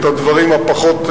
את הדברים הפחות,